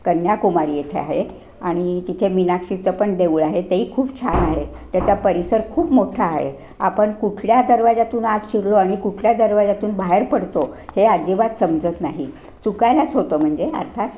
कन्याकुमारी येथे आहे आणि तिथे मीनाक्षीचं पण देऊळ आहे तेही खूप छान आहे त्याचा परिसर खूप मोठा आहे आपण कुठल्या दरवाजातून आज शिरलो आणि कुठल्या दरवाजातून बाहेर पडतो हे अजिबात समजत नाही चुकायलाच होतं म्हणजे आर्थात